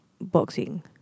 boxing